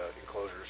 enclosures